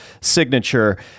signature